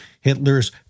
Hitler's